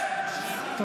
-- ובעיקר את האפסיות.